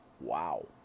Wow